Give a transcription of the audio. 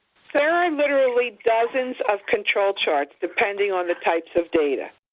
there are literally dozens of control charts, depending on the types of data.